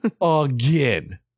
Again